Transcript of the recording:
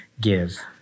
give